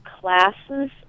classes